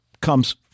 comes